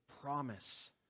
promise